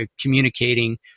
communicating